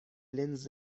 لنز